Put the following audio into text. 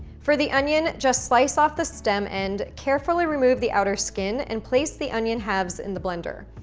for the onion, just slice off the stem and carefully remove the outer skin and place the onion halves in the blender.